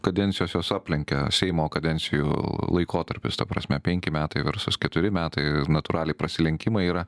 kadencijos jos aplenkia seimo kadencijų laikotarpis ta prasme penki metai versus keturi metai natūraliai prasilenkimai yra